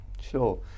Sure